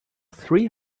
three